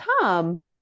Tom